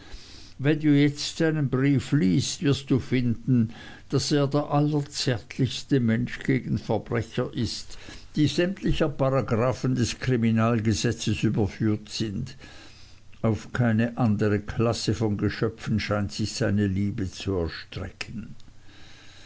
wenn du jetzt seinen brief liest wirst du finden daß er der allerzärtlichste mensch gegen verbrecher ist die sämtlicher paragraphen des kriminalgesetzes überführt sind auf keine andere klasse von geschöpfen scheint sich seine liebe zu erstrecken